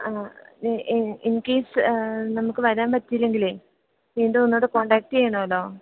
ആ ഇൻക്കേസ് നമുക്ക് വരാൻ പറ്റിയില്ലെങ്കിലെ വീണ്ടും ഒന്നു കൂടീ കോൺടാക്റ്റ് ചെയ്യണമല്ലോ